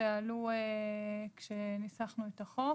שעלו כשניסחנו את החוק,